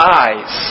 eyes